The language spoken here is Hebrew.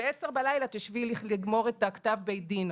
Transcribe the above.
ובעשר בלילה תשבי לגמור את כתב בית הדין.